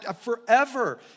forever